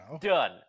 done